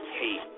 hate